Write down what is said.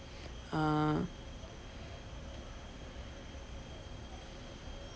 ah